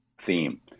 theme